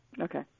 Okay